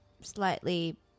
slightly